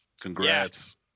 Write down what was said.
congrats